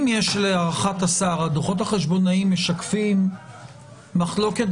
אם להערכת השר הדוחות החשבונאיים משקפים מחלוקת